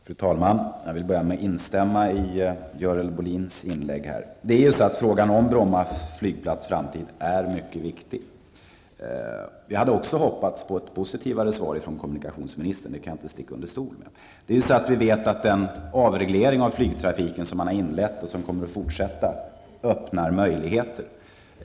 Fru talman! Jag vill börja med att instämma i Görel Frågan om Bromma flyplats framtid är mycket viktig. Också jag hade hoppats på ett positivare svar från kommunikationsministern -- det kan jag inte sticka under stol med. Den avreglering av flygtrafiken som har inletts och som kommer att fortsätta öppnar möjligheter.